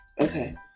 okay